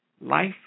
Life